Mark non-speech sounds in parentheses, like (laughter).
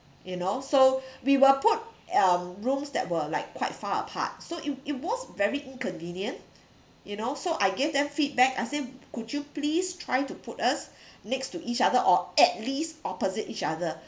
you know so (breath) we were put um rooms that were like quite far apart so it it was very inconvenient you know so I gave them feedback I say could you please try to put us (breath) next to each other or at least opposite each other